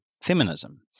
feminism